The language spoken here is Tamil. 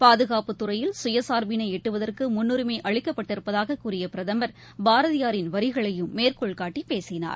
பாதுகாப்புத்துறையில் சுயசார்பினை எட்டுவதற்கு முன்னுரிமை அளிக்கப்பட்டிருப்பதாக கூறிய பிரதமர் பாரதியாரின் வரிகளையும் மேற்கோள்காட்டி பேசினார்